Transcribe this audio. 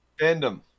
Fandom